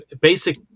basic